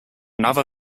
another